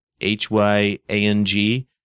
H-Y-A-N-G